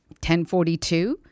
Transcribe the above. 10.42